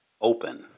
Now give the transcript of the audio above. open